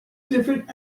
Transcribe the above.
different